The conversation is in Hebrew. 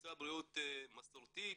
תפיסת בריאות מסורתית,